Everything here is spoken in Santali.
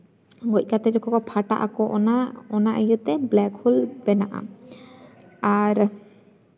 ᱜᱚᱡ ᱠᱟᱛᱮᱫ ᱡᱚᱠᱷᱚᱱ ᱯᱷᱟᱴᱟᱜ ᱟᱠᱚ ᱚᱱᱟ ᱚᱱᱟ ᱤᱭᱟᱹᱛᱮ ᱵᱞᱮᱠᱦᱳᱞ ᱵᱮᱱᱟᱜᱼᱟ ᱟᱨ